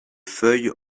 feuilles